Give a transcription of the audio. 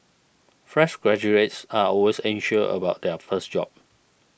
fresh graduates are always anxious about their first job